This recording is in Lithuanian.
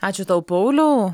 ačiū tau pauliau